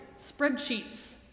spreadsheets